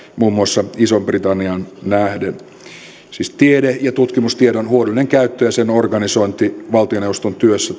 muun muassa isoon britanniaan nähden siis tiede ja tutkimustiedon huolellisella käytöllä ja sen organisoinnilla valtioneuvoston työssä